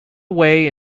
away